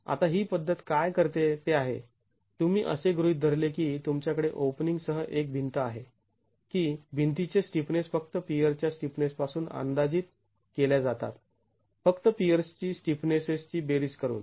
आता ही पद्धत काय करते ते आहे तुम्ही असे गृहीत धरले की तुमच्याकडे ओपनिंग सह एक भिंत आहे की भिंतीचे स्टिफनेस फक्त पियरच्या स्टिफनेसपासून अंदाजित केल्या जातात फक्त पियर्सची स्टिफनेसेसची बेरीज करून